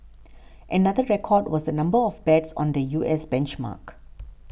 another record was the number of bets on the U S benchmark